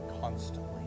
constantly